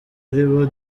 aribo